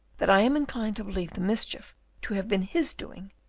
that i am inclined to believe the mischief to have been his doing,